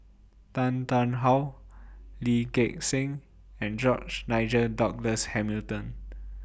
Tan Tarn How Lee Gek Seng and George Nigel Douglas Hamilton